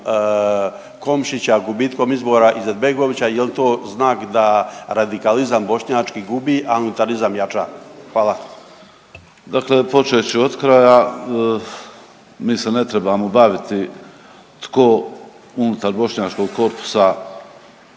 Komšića, gubitkom izbora Izetbegovića jel' to znak da radikalizam bošnjački gubi a unitarizam jača. Hvala. **Barbarić, Nevenko (HDZ)** Dakle, počet ću od kraja. Mi se ne trebamo baviti tko unutar bošnjačkog korpusa